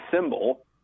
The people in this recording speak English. symbol